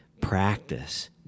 practice